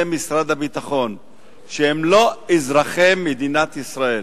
משרד הביטחון הם לא אזרחי מדינת ישראל.